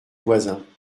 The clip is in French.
voisins